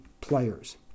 players